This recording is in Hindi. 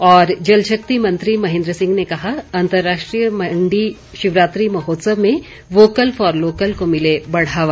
और जलशक्ति मंत्री महेन्द्र सिंह ने कहा अंतर्राष्ट्रीय मण्डी शिवरात्रि महोत्सव में वोकल फॉर लोकल को मिले बढ़ावा